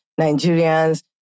Nigerians